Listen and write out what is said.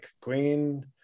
Queen